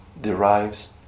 derives